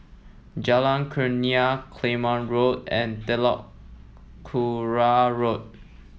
Jalan Kurnia Claymore Road and Telok Kurau Road